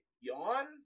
Yawn